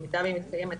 במידה והיא מתקיימת.